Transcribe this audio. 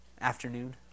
afternoon